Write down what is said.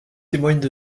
témoignent